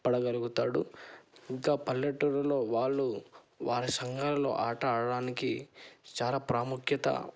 పడగలుగుతాడు ఇంకా పల్లెటూరులో వాళ్ళు వారి సంఘాలలో ఆట ఆడటానికి చాలా ప్రాముఖ్యత